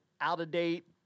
out-of-date